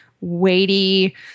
weighty